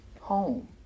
home